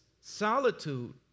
solitude